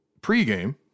pregame